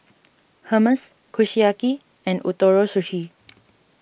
Hummus Kushiyaki and Ootoro Sushi